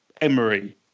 Emery